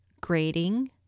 grading